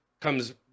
comes